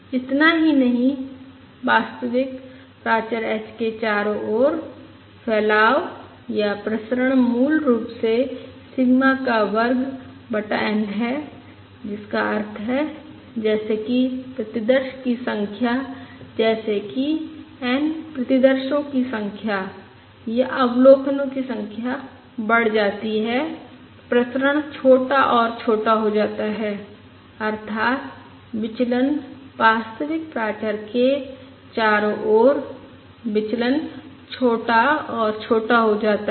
इतना ही नहीं वास्तविक प्राचर h के चारों ओर फैलाव या प्रसरण मूल रूप से सिग्मा का वर्ग बटा N है जिसका अर्थ है जैसे कि प्रतिदर्श की संख्या जैसे कि n प्रतिदर्शो की संख्या या अवलोकनों की संख्या बढ़ जाती है प्रसरण छोटा और छोटा हो जाता है अर्थात विचलन वास्तविक प्राचर के चारों ओर विचलन छोटा और छोटा हो जाता है